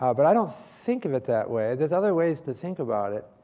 um but i don't think of it that way. there's other ways to think about it.